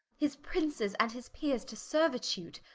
his princes, and his peeres to seruitude,